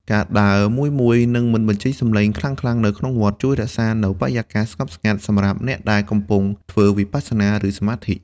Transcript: ការដើរមួយៗ និងមិនបញ្ចេញសម្លេងខ្លាំងៗនៅក្នុងវត្ត ជួយរក្សានូវបរិយាកាសស្ងប់ស្ងាត់សម្រាប់អ្នកដែលកំពុងធ្វើវិបស្សនា ឬសមាធិ។